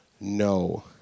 no